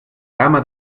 gamma